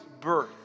birth